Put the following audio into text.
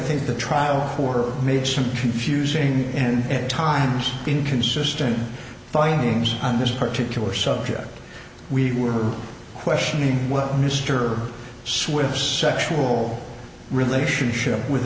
think the trial for made some confusing and times inconsistent findings on this particular subject we were questioning what mr swift sexual relationship with